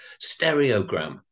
stereogram